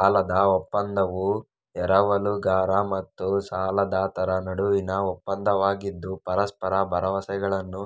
ಸಾಲದ ಒಪ್ಪಂದವು ಎರವಲುಗಾರ ಮತ್ತು ಸಾಲದಾತರ ನಡುವಿನ ಒಪ್ಪಂದವಾಗಿದ್ದು ಪರಸ್ಪರ ಭರವಸೆಗಳನ್ನು